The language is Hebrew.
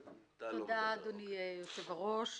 תודה, אדוני היושב-ראש.